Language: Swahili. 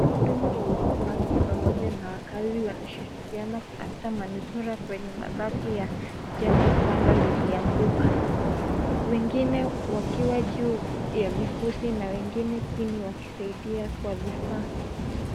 Mhudumu wa uokoaji pamoja na wakazi wanashirikiana kutafuta manusura kwenye mabati ya jengo ambalo lilianguka wengine wakiwa juu ya vifusi na wengine chini wakisaidia kwa Vifaa